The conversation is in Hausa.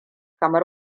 kamar